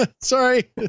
Sorry